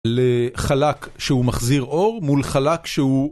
ל...חלק שהוא מחזיר אור, מול חלק שהוא...